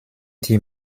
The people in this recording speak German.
die